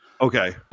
Okay